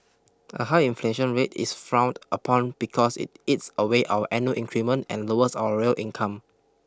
a high inflation rate is frowned upon because it eats away our annual increment and lowers our real income